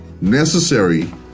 necessary